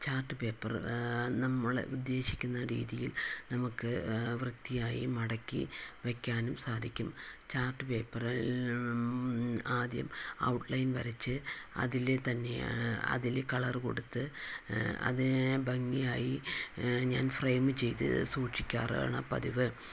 chart paper നമ്മൾ ഉദ്ദേശിക്കുന്ന രീതിയിൽ നമുക്ക് വൃത്തിയായി മടക്കി വയ്ക്കാനും സാധിക്കും ചാർട്ട് പേപ്പർ ആദ്യം ഔട്ലയ്ൻ വരച്ച് അതില് തന്നെ അതില് കളറ് കൊടുത്ത് അത് ഭംഗിയായി ഞാൻ ഫ്രെയിം ചെയ്ത് സൂക്ഷിക്കാറാണ് പതിവ്